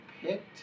picked